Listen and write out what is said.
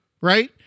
Right